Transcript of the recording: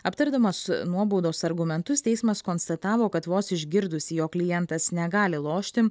aptardamas nuobaudos argumentus teismas konstatavo kad vos išgirdusi jog klientas negali lošti